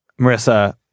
Marissa